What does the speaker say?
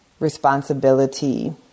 responsibility